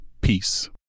Peace